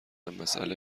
مسئله